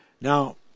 Now